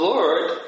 Lord